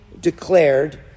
declared